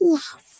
Yes